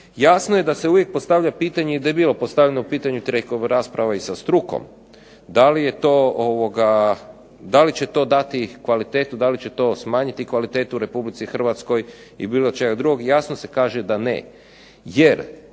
Jasno je da se uvijek postavlja pitanje i da je bilo postavljeno pitanje tijekom rasprava i sa strukom, da li će to dati kvalitetu, da li će to smanjiti kvalitetu Republici Hrvatskoj i bilo čega drugog, jasno se kaže da ne.